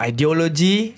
Ideology